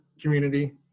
community